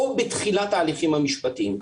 או בתחילת ההליכים המשפטיים.